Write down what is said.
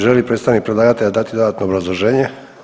Želi li predstavnik predlagatelja dati dodatno obrazloženje?